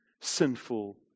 sinful